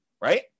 right